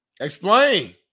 Explain